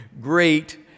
great